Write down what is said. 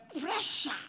pressure